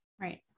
right